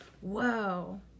Whoa